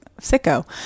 sicko